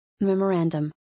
Memorandum